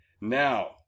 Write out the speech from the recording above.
Now